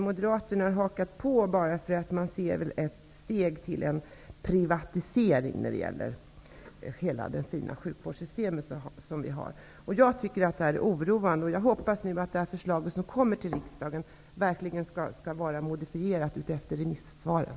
Moderaterna hakar väl också på nu, därför att de i detta ser ett steg till privatisering av vårt fina sjukvårdssystem. Jag tycker det är oroande och hoppas att förslaget som kommer att framläggas för riksdagen är modifierat efter remissvaren.